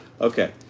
Okay